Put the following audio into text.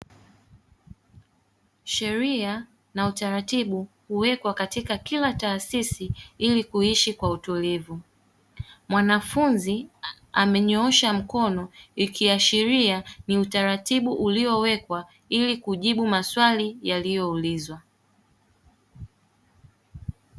Sheria na utaratibu huwekwa katika kila taasisi ili kuishi kwa utulivu. Mwanafunzi amenyoosha mkono, ikiashiria ni utaratibu uliowekwa ili kujibu maswali yaliyoulizwa.